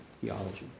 theology